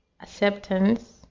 acceptance